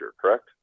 correct